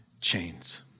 chains